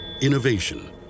Innovation